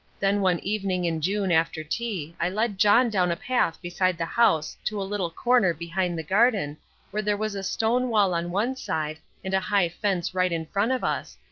then one evening in june after tea i led john down a path beside the house to a little corner behind the garden where there was a stone wall on one side and a high fence right in front of us,